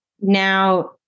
Now